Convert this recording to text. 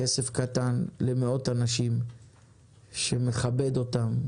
כסף קטן למאות אנשים שמכבד אותם,